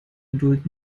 geduld